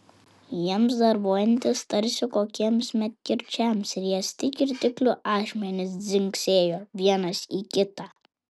jiems darbuojantis tarsi kokiems medkirčiams riesti kirtiklių ašmenys dzingsėjo vienas į kitą